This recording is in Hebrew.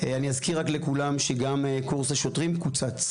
אני אזכיר גם לכולם שקורס השוטרים קוצץ,